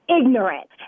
ignorant